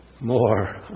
more